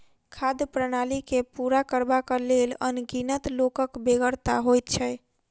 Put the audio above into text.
खाद्य प्रणाली के पूरा करबाक लेल अनगिनत लोकक बेगरता होइत छै